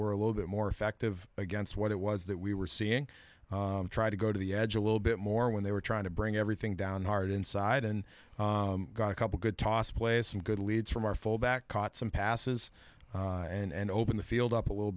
were a little bit more effective against what it was that we were seeing try to go to the edge a little bit more when they were trying to bring everything down hard inside and got a couple good toss plays some good leads from our fullback caught some passes and open the field up a little